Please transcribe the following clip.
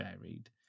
varied